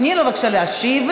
תני לו בבקשה להשיב.